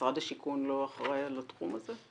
משרד השיכון לא אחראי על התחום הזה?